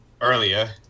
earlier